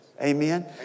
Amen